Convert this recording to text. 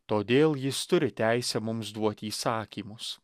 todėl jis turi teisę mums duoti įsakymus